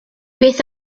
beth